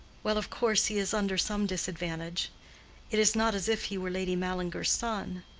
well, of course he is under some disadvantage it is not as if he were lady mallinger's son.